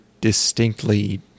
distinctly